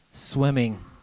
swimming